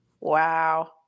Wow